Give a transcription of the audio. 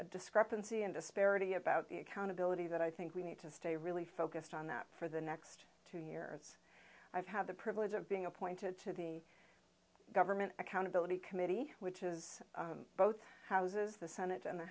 a discrepancy and disparity about the accountability that i think we need to stay really focused on that for the next two year earth's i've had the privilege of being appointed to the government accountability committee which is both houses the senate and the